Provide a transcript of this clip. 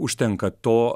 užtenka to